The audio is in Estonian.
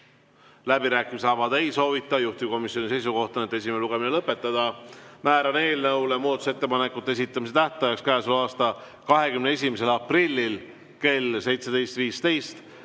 Läbirääkimisi avada ei soovita. Juhtivkomisjoni seisukoht on, et esimene lugemine lõpetada. Määran eelnõu muudatusettepanekute esitamise tähtajaks käesoleva aasta 21. aprilli kell 17.15.